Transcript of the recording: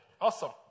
Awesome